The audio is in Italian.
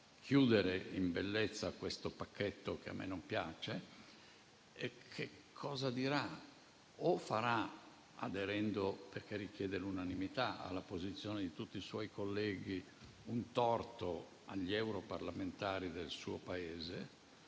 chiudere in bellezza questo pacchetto (che a me non piace) che cosa dirà o farà, aderendo, perché richiede l'unanimità, alla posizione di tutti i suoi colleghi, un torto agli europarlamentari del suo Paese,